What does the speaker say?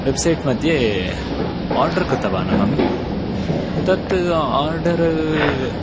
website मध्ये order कृतवानहं तत् आर्डर्